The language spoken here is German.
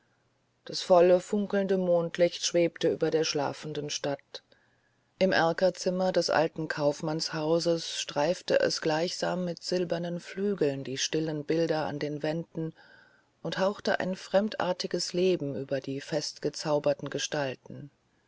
das volle funkelnde mondlicht schwebte über der schlafenden stadt im erkerzimmer des alten kaufmannshauses streifte es gleichsam mit silbernem flügel die stillen bilder an den wänden und hauchte ein fremdartiges leben über die festgezauberten gestalten